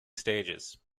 stages